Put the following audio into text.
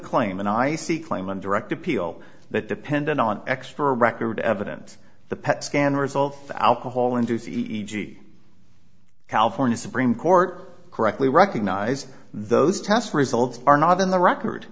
claim and i see claim on direct appeal that dependent on extra record evidence the pet scan result alcohol induced e g california supreme court correctly recognize those test results are not in the record